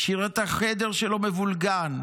השאיר את החדר שלו מבולגן,